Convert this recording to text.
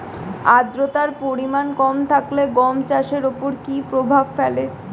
আদ্রতার পরিমাণ কম থাকলে গম চাষের ওপর কী প্রভাব ফেলে?